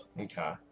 Okay